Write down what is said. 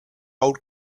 old